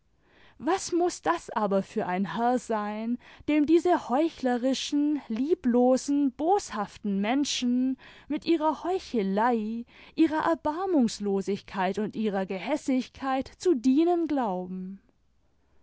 was muß das aber für ein herr sein dem diese heuchlerischen lieblosen boshaften menschen mit ihrer heuchelei ihrer erbarmimgslosigkeit und ihrer gehässigkeit zu dienen glauben